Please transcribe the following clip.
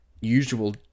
usual